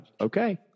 okay